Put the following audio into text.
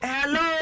Hello